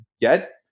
get